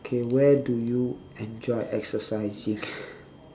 okay where do you enjoy exercising